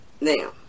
Now